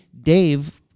Dave